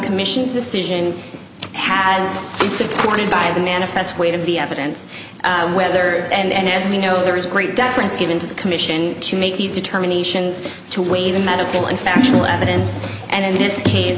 commission's decision has been supported by the manifest weight of the evidence whether and as we know there is great deference given to the commission to make these determinations to weigh even medical and factual evidence and in this case